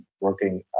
working